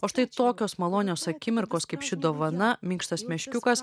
o štai tokios malonios akimirkos kaip ši dovana minkštas meškiukas